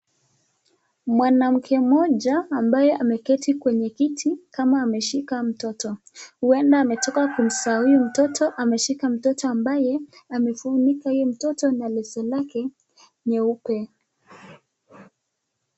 Mwanamke mmoja ambaye ameketi kwenye kiti kama ameshika mtoto huenda ametoka kumzaa huyu mtoto, ameshika mtoto ambaye amefunika huyo mtoto na leso lake nyeupe.